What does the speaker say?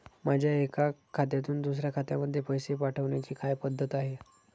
माझ्या एका खात्यातून दुसऱ्या खात्यामध्ये पैसे पाठवण्याची काय पद्धत आहे?